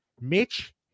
Mitch